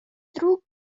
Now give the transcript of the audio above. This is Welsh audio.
ddrwg